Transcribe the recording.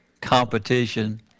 competition